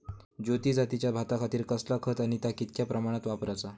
ज्योती जातीच्या भाताखातीर कसला खत आणि ता कितक्या प्रमाणात वापराचा?